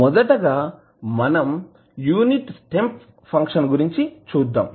మొదటగా మనం unit step function గురించి చూద్దాం